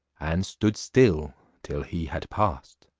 and stood still till he had passed.